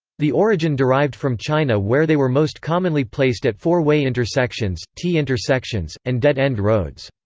the origin derived from china where they were most commonly placed at four way intersections, t-intersections, and dead end roads.